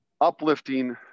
uplifting